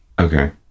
Okay